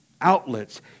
outlets